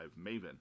Maven